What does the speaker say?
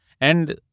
And-